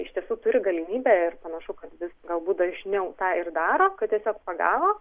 iš tiesų turi galimybę ir panašu kad vis galbūt dažniau tai ir daro kad tiesiog pagavo